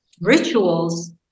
rituals